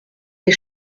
des